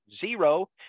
zero